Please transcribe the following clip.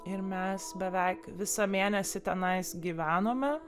ir mes beveik visą mėnesį tenais gyvenome